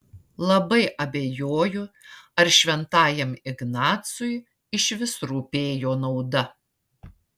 labai abejoju ar šventajam ignacui išvis rūpėjo nauda